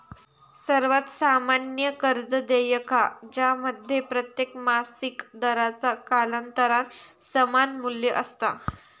सर्वात सामान्य कर्ज देयका ज्यामध्ये प्रत्येक मासिक दराचा कालांतरान समान मू्ल्य असता